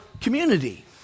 community